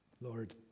Lord